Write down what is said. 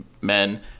men